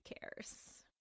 cares